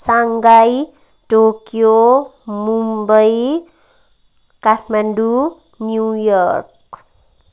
Shanghai Tokyo Mumbai Kathmandu New York